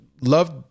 loved